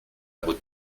votre